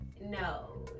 no